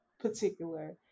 particular